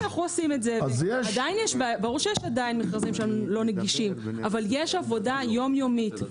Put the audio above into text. שיש מכרזים לא נגישים אבל יש עבודה יום-יומית.